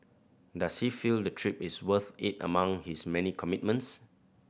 does he feel the trip is worth it among his many commitments